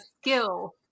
skill